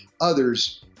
others